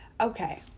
Okay